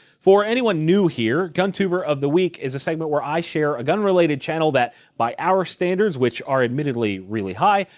for anyone new here, guntuber of the week is a segment where i share a gun related channel that by our standards, which are admittedly really high,